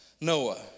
Noah